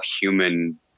human